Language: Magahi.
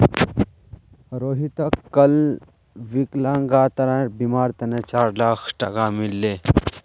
रोहितक कल विकलांगतार बीमार तने चार लाख टका मिल ले